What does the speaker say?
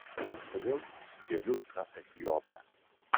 kažkodėl įsidėmiu tą etiopę